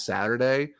Saturday